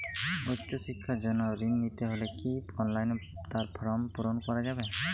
উচ্চশিক্ষার জন্য ঋণ নিতে হলে কি অনলাইনে তার ফর্ম পূরণ করা যাবে?